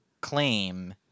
claim